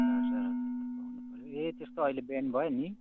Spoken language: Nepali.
चार्जरहरू त पाउनु पऱ्यो ए त्यस्तो अहिले ब्यान्ड भयो नि